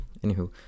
Anywho